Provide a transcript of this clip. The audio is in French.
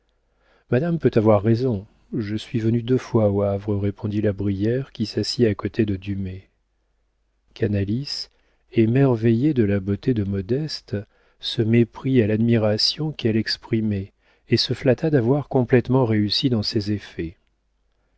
madame peut avoir raison je suis venu deux fois au havre répondit la brière qui s'assit à côté de dumay canalis émerveillé de la beauté de modeste se méprit à l'admiration qu'elle exprimait et se flatta d'avoir complétement réussi dans ses effets